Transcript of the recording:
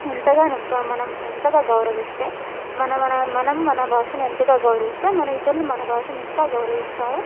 ఎంతగా నింపామ్ మనం ఎంతగా గౌరవిస్తే మన మన మనం మన భాషను ఎంతగా గౌరవిస్తే మన ఇతరులు మన భాషని ఇంకా గౌరవిస్తారో